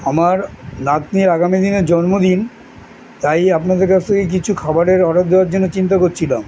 আমার নাতনির আগামী দিনে জন্মদিন তাই আপনাদের কাছ থেকে কিছু খাবারের অর্ডার দেওয়ার জন্য চিন্তা করছিলাম